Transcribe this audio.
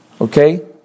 Okay